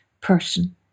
person